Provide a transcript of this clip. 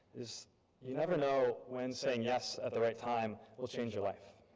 is you never know when saying yes at the right time will change your life.